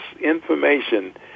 information